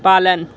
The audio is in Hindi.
पालन